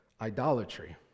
idolatry